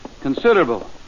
Considerable